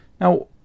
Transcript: Now